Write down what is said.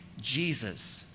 Jesus